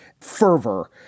fervor